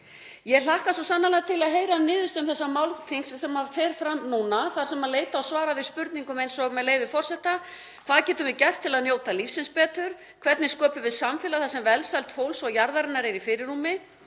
Ég hlakka svo sannarlega til að heyra af niðurstöðum þessa málþings sem fer fram núna þar sem leitað er svara við spurningum eins og: Hvað getum við gert til að njóta lífsins betur? Hvernig sköpum við samfélag þar sem velsæld fólks og jarðarinnar er í fyrirrúmi?